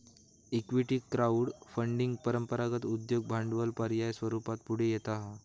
equity crowd funding परंपरागत उद्योग भांडवल पर्याय स्वरूपात पुढे येता हा